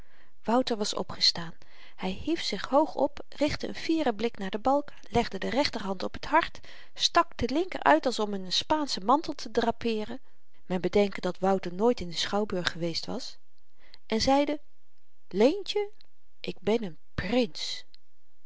wouter was opgestaan hy hief zich hoog op richtte een fieren blik naar de balken legde de rechterhand op t hart stak de linker uit als om n spaanschen mantel te drapeeren men bedenke dat wouter nooit in den schouwburg geweest was en zeide leentjen ik ben n prins